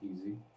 easy